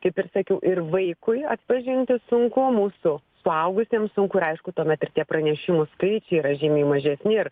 kaip ir sakiau ir vaikui atpažinti sunku mūsų suaugusiems sunku ir aišku tuomet ir tie pranešimų skaičiai yra žymiai mažesni ir